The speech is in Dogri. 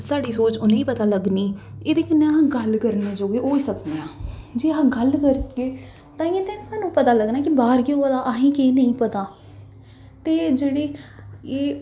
साढ़ृी सोच उ'नें गी पता लग्गनी एह्दे कन्नै अस गल्ल करने जोगे होई सकने आं जे अस गल्ल करगे तांइयैं ते सानूं पता लग्गना कि बाह्र केह् होआ दा असें गी केह् नेईं पता ते जेह्ड़े एह्